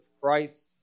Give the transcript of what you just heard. Christ